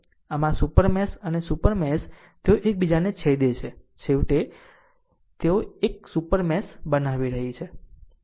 આમ આ super mesh અને આ સુપર મેશ તેઓ એકબીજાને છેદે છે છેવટે તેઓએ આ સુપર મેશ બનાવી છે